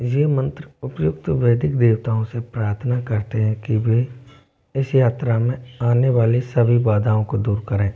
ये मंत्र उपयुक्त वैदिक देवताओं से प्रार्थना करते हैं कि वे इस यात्रा में आने वाली सभी बाधाओं को दूर करें